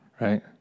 right